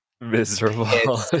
miserable